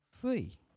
free